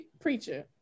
preacher